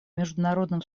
международным